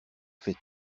fait